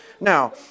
Now